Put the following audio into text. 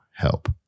Help